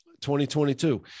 2022